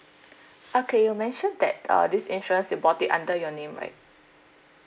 okay you mentioned that uh this insurance you bought it under your name right